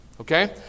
Okay